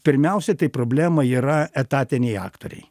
pirmiausia tai problema yra etatiniai aktoriai